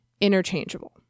interchangeable